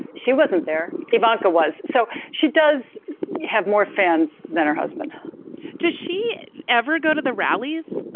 she wasn't there. ivanka was. so she does have more fans than her husband does she ever go to the rallies?